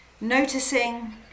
Noticing